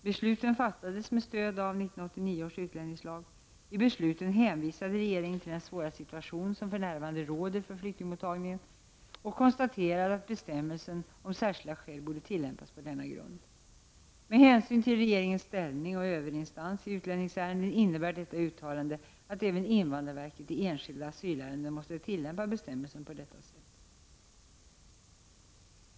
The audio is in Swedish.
Besluten fattades med stöd av 1989 års utlänningslag. I besluten hänvisade regeringen till den svåra situation som för närvarande råder för flyktingmottagningen och konstaterade att bestämmelsen om särskilda skäl borde tillämpas på denna grund. Med hänsyn till regeringens ställning av överinstans i utlänningsärenden innebär detta uttalande att även invandrarverket i enskilda asylärenden måste tillämpa bestämmelsen på detta sätt.